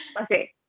Okay